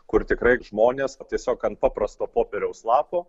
kur tikrai žmonės tiesiog ant paprasto popieriaus lapo